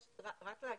רק להגיד,